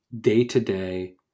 day-to-day